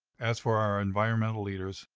as for our environmental leaders,